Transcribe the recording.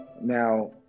Now